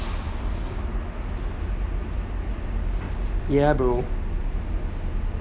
ya bro